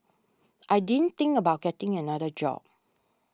I didn't think about getting another job